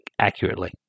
accurately